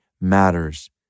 matters